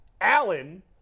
Allen